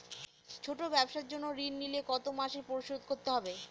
ছোট ব্যবসার জন্য ঋণ নিলে কত মাসে পরিশোধ করতে হয়?